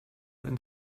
and